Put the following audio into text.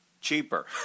cheaper